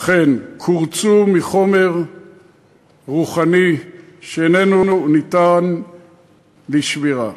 אכן קורצו מחומר רוחני שאיננו ניתן לשבירה.